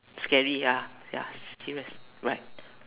scary ya ya serious right